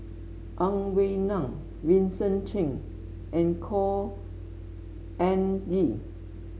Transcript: Ang Wei Neng Vincent Cheng and Khor Ean Ghee